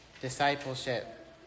discipleship